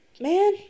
Man